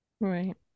Right